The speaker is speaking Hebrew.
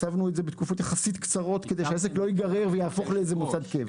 בתקופות יחסית קצרות כדי שהעסק לא ייגרר ויהפוך לאיזה מוסד קבע.